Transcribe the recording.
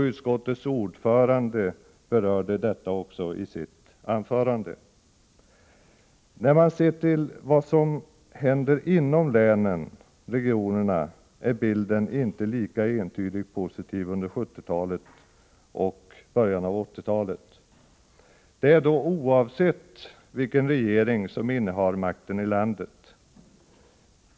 Utskottets ordförande berörde också detta i sitt anförande. När man ser vad som händer inom länen — regionerna — är bilden inte lika entydigt positiv under 1970 och början av 1980-talet, oavsett vilken regering som innehar makten i landet.